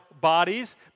bodies